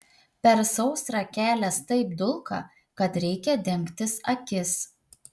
per sausrą kelias taip dulka kad reikia dengtis akis